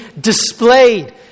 displayed